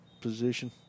position